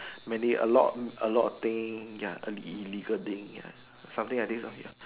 many a lot a lot of thing ya ill~ illegal thing ya something like this lor ya